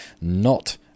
Not